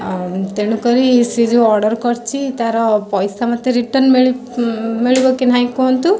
ଆଉ ତେଣୁକରି ସିଏ ଯେଉଁ ଅର୍ଡ଼ର୍ କରିଛି ତାର ପଇସା ମୋତେ ରିଟର୍ନ୍ ମିଳି ମିଳିବ କି ନାହିଁ କୁହନ୍ତୁ